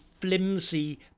flimsy